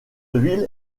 ville